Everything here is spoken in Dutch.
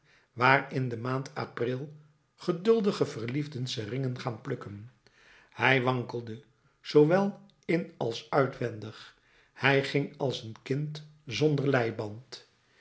waar in de maand april jeugdige verliefden seringen gaan plukken hij wankelde zoowel in als uitwendig hij ging als een kind zonder leiband